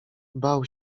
bał